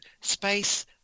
space